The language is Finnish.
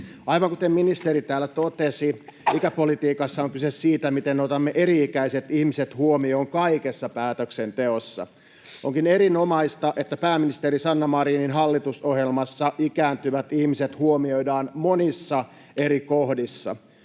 Aivan kuten ministeri täällä totesi, ikäpolitiikassa on kyse siitä, miten otamme eri ikäiset ihmiset huomioon kaikessa päätöksenteossa. Onkin erinomaista, että pääministeri Sanna Marinin hallitusohjelmassa ikääntyvät ihmiset huomioidaan monissa eri kohdissa.